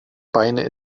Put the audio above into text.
beine